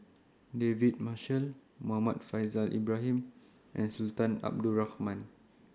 David Marshall Muhammad Faishal Ibrahim and Sultan Abdul Rahman